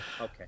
Okay